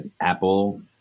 apple